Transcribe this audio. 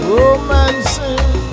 Romancing